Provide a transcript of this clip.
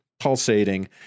pulsating